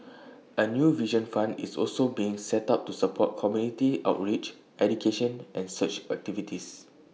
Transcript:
A new vision fund is also being set up to support community outreach education and search activities